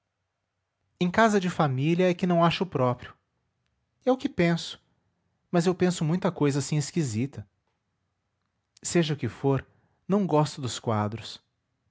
em casa de família é que não acho próprio é o que eu penso mas eu penso muita www nead unama br cousa assim esquisita seja o que for não gosto dos quadros